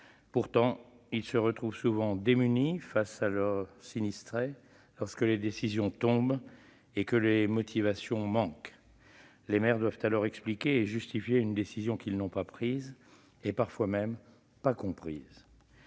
Pourtant, ils se retrouvent souvent démunis face à leurs administrés sinistrés lorsque les décisions tombent et que les motivations manquent. Les maires doivent alors expliquer et justifier une décision qu'ils n'ont pas prise et qu'ils ne comprennent